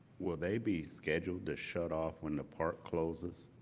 will they be scheduled to shut off when the park closes?